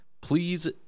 please